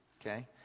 Okay